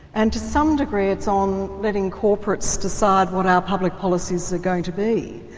and to some degree it's on letting corporates decide what our public policies are going to be.